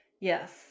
Yes